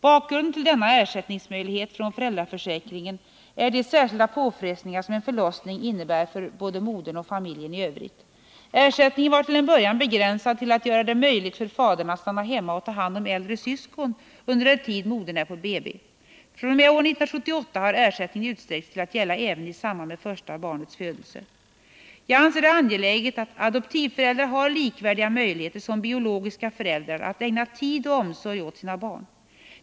Bakgrunden till denna ersättningsmöjlighet från föräldraförsäkringen är de särskilda påfrestningar som en förlossning innebär för både modern och familjen i övrigt. Ersättningen var till en början begränsad till att göra det möjligt för fadern att stanna hemma och ta hand om äldre syskon under den tid modern är på BB. fr.o.m. år 1978 har ersättningen utsträckts till att gälla även i samband med första barnets födelse. Jag anser det angeläget att adoptivföräldrar har likvärdiga möjligheter med biologiska föräldrar att ägna tid och omsorg åt sina barn.